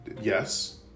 yes